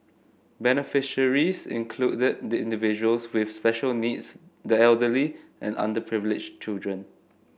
beneficiaries included the individuals with special needs the elderly and underprivileged children